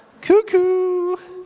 Cuckoo